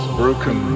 broken